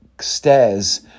stairs